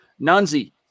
Nunzi